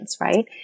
right